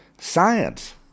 science